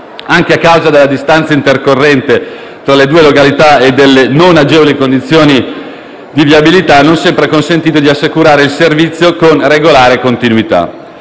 anche a causa della distanza intercorrente tra le due località e delle non agevoli condizioni di viabilità, non sempre ha consentito di assicurare il servizio con regolare continuità.